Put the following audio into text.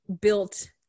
built